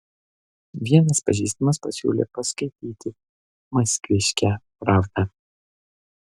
vienas pažįstamas pasiūlė paskaityti maskviškę pravdą